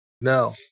no